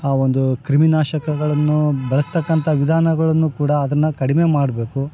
ಆ ಒಂದು ಕ್ರಿಮಿನಾಶಕಗಳನ್ನು ಬಳಸ್ತಕ್ಕಂಥ ವಿಧಾನಗಳನ್ನು ಕೂಡ ಅದನ್ನು ಕಡಿಮೆ ಮಾಡಬೇಕು